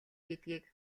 гэдгийг